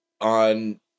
on